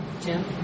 Jim